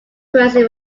currency